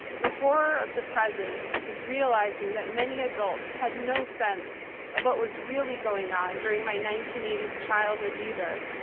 the horror of the present is realizing that many adults had no sense of what was really going on during my nineteen eighty s childhood either.